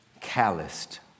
calloused